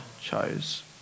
chose